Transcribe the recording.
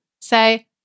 Say